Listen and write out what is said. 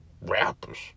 rappers